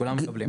כולם מקבלים.